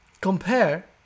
compare